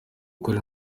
gukora